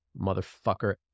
motherfucker